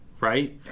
Right